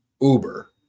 uber